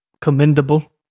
commendable